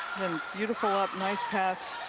beautiful up nice pass